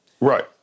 Right